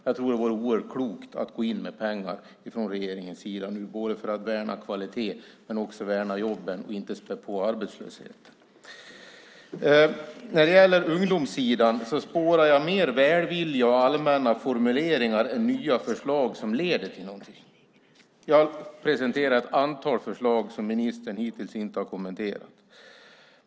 Jag tror att det vore oerhört klokt att gå in med pengar från regeringens sida för att värna kvaliteten men också värna jobben och inte späda på arbetslösheten. När det gäller ungdomssidan spårar jag mer välvilja och allmänna formuleringar än nya förslag som leder till någonting. Jag har presenterat ett antal förslag som ministern hittills inte har kommenterat.